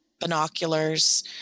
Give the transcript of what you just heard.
binoculars